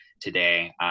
today